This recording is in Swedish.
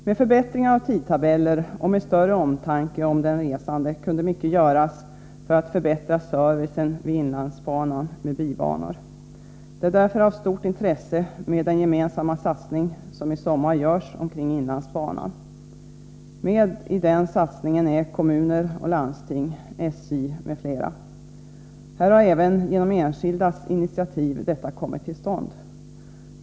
Med förbättringar av tidtabeller och med större omtanke om den resande kunde mycket göras för att förbättra servicen vid inlandsbanan med bibanor. Den gemensamma satsning som i sommar görs omkring inlandsbanan är därför av stort intresse. Med i denna satsning är kommuner, landsting och SJ. Denna har kommit till stånd även genom enskildas initiativ.